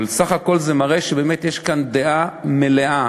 סך הכול זה מראה שיש כאן דעה מלאה